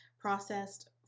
processed